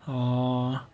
oh